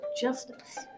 Justice